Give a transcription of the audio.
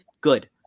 good